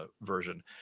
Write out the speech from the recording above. version